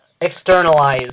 externalize